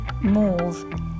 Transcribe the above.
move